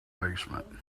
basement